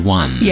one